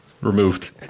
Removed